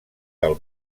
del